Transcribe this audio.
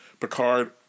Picard